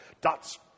dots